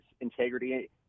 integrity